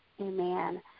Amen